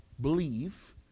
believe